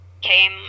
came